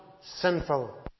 sinful